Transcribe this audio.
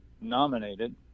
nominated